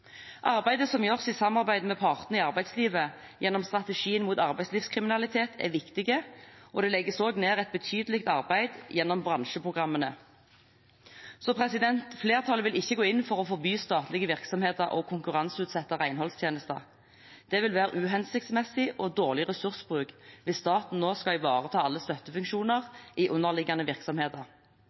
Arbeidet som gjøres i samarbeid med partene i arbeidslivet, gjennom strategien mot arbeidslivskriminalitet, er viktig, og det legges også ned et betydelig arbeid gjennom bransjeprogrammene. Flertallet vil ikke gå inn for å forby statlige virksomheter å konkurranseutsette renholdstjenester. Det vil være uhensiktsmessig og dårlig ressursbruk hvis staten nå skal ivareta alle støttefunksjoner i underliggende virksomheter.